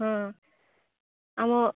ହଁ ଆମ